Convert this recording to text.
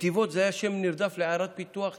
נתיבות הייתה שם נרדף לעיירת פיתוח נידחת,